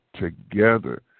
together